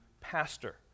pastor